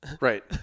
Right